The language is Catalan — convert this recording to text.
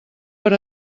per